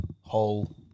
whole